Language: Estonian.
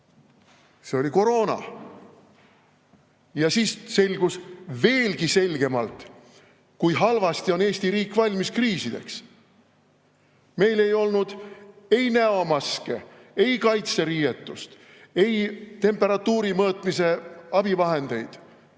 see oli koroona. Siis selgus veelgi selgemalt, kui halvasti on Eesti riik valmis kriisideks. Meil ei olnud ei näomaske, ei kaitseriietust, ei temperatuuri mõõtmise abivahendeid.